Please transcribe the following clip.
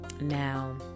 Now